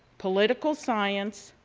political science,